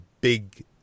big